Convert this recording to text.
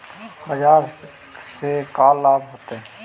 बाजार से का लाभ होता है?